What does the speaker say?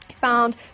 found